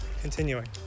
continuing